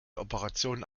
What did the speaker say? operationen